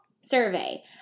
survey